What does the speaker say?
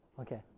Okay